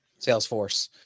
salesforce